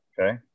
Okay